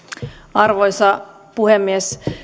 arvoisa puhemies